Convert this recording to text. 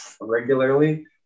regularly